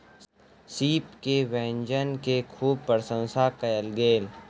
सीप के व्यंजन के खूब प्रसंशा कयल गेल